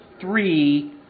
three